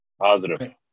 positive